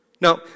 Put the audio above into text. Now